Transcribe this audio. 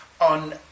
on